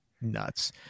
nuts